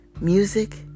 Music